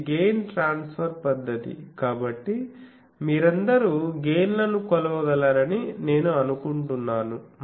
ఇది gain transfer పద్ధతి కాబట్టి మీరందరూ గెయిన్ లను కొలవగలరని నేను అనుకుంటున్నాను